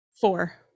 Four